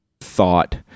thought